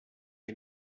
est